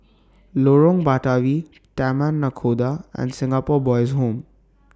Lorong Batawi Taman Nakhoda and Singapore Boys' Home